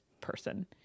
person